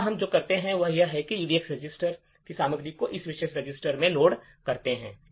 अगला हम जो करते हैं वह इस EDX रजिस्टर की सामग्री को इस विशेष रजिस्टर में लोड करता है